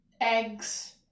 eggs